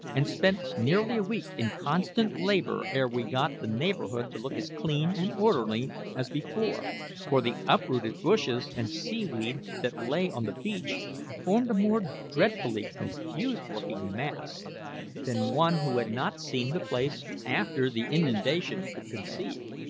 and spent nearly a week in constant labour ere we got the neighbourhood to look as clean and orderly as before for the uprooted bushes and seaweed that lay on the beach formed a more dreadfully confused-looking mass than one who had not seen the place after the inundation could conceive.